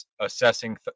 assessing